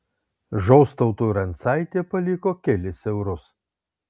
žostautui rancaitė paliko kelis eurus